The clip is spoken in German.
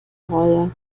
reue